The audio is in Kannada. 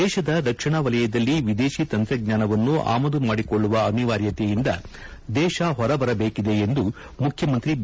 ದೇಶದ ರಕ್ಷಣಾ ವಲಯದಲ್ಲಿ ವಿದೇಶಿ ತಂತ್ರಜ್ಞಾನವನ್ನು ಆಮದು ಮಾಡಿಕೊಳ್ಳುವ ಅನಿವಾರ್ಯತೆಯಿಂದ ದೇಶ ಹೊರಬರಬೆಕಿದೆ ಎಂದು ಮುಖ್ಯಮಂತ್ರಿ ಬಿ